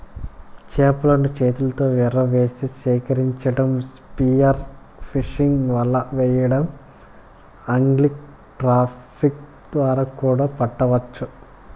చేపలను చేతితో ఎరవేసి సేకరించటం, స్పియర్ ఫిషింగ్, వల వెయ్యడం, ఆగ్లింగ్, ట్రాపింగ్ ద్వారా కూడా పట్టవచ్చు